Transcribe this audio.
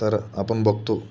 तर आपण बघतो